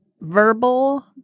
verbal